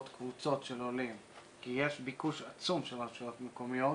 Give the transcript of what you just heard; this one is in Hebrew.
קבוצות של עולים כי יש ביקוש עצום של רשויות מקומיות,